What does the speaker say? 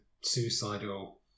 suicidal